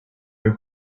who